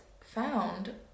found